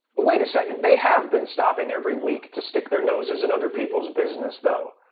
wait a second, they have been stopping every week to stick their noses in other people's business, though.